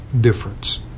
difference